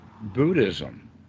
Buddhism